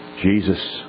Jesus